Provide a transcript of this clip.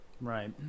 right